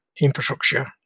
infrastructure